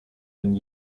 been